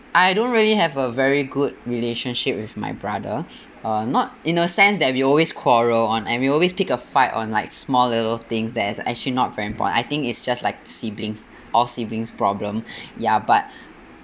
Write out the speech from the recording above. I don't really have a very good relationship with my brother uh not in a sense that we always quarrel uh and we always pick a fight on like small little things that's actually not very important I think it's just like siblings all siblings problem ya but